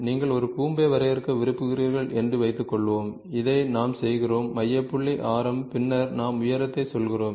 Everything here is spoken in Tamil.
நீங்கள் ஒரு கூம்பை வரையறுக்க விரும்புகிறீர்கள் என்று வைத்துக்கொள்வோம் இதை நாம் செய்கிறோம் மைய புள்ளி ஆரம் பின்னர் நாம் உயரத்தையும் சொல்கிறோம்